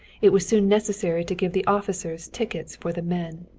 it was soon necessary to give the officers tickets for the men.